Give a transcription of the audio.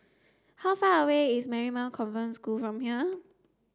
how far away is Marymount Convent School from here